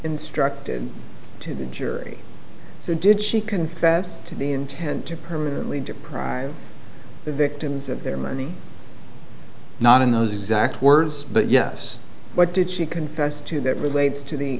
instructed to the jury so did she confessed to the intent to permanently deprive the victims of their money not in those exact words but yes what did she confessed to that relates to the